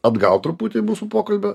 atgal truputį mūsų pokalbio